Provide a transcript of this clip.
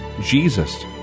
Jesus